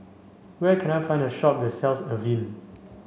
where can I find a shop that sells Avene